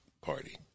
party